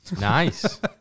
Nice